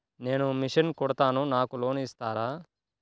నేను మిషన్ కుడతాను నాకు లోన్ ఇస్తారా?